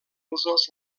usos